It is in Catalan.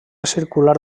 circular